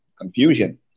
confusion